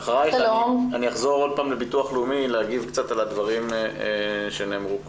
ואחרייך אחזור שוב לביטוח הלאומי להגיב קצת על הדברים שנאמרו קודם,